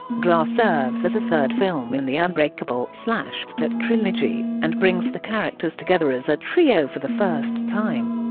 glass serves as a third film in the unbreakable split trilogy, and brings the characters together as a trio for the first time